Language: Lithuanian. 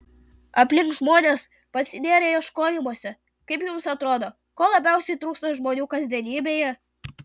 aplink žmonės pasinėrę ieškojimuose kaip jums atrodo ko labiausiai trūksta žmonių kasdienybėje